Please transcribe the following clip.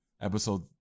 Episode